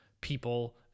people